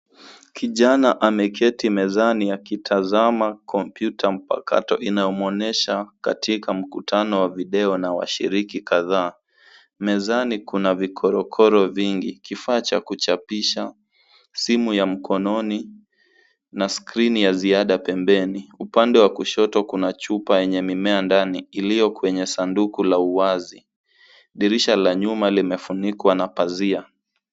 Kijana ameketi mezani akitazama computer mpakato inayomwonyesha katika mkutano wa video na washiriki kadhaa. Mezani kuna vikorokoro vingi, kifaa cha kuchapisha, simu ya mkononi na screen ya ziada pembeni. Upande wa kushoto kuna chupa yenye mimea ndani, iliyo kwenye sanduku la uwazi. Dirisha la nyuma limefunikwa na pazia.